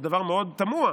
זה דבר מאוד תמוה,